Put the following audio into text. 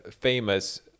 famous